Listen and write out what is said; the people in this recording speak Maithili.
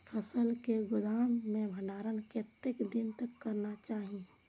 फसल के गोदाम में भंडारण कतेक दिन तक करना चाही?